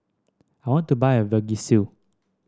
I want to buy a Vagisil